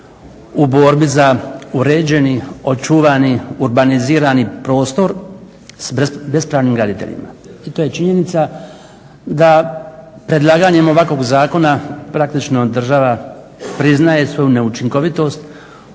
u borbi za uređenih, očuvani, urbanizirani prostor bespravnim graditeljima. I to je činjenica da predlaganjem ovakvog zakona praktično država priznaje svoju neučinkovitost